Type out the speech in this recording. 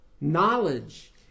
knowledge